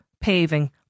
paving